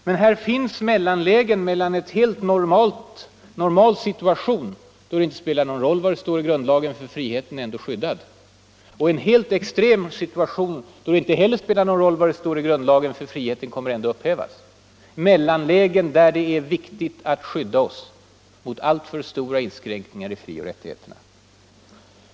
Men det finns mellanlägen mellan en helt normal situation, då det inte spelar någon roll vad det står i grundlagen för friheten är ändå skyddad, och en helt extrem situation, då det inte heller spelar någon roll vad det står i grundlagen för friheten kommer ändå att upphävas. Det är mellanlägen där det är viktigt att skydda oss mot radikala inskränkningar i frioch rättigheterna.